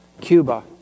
Cuba